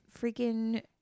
freaking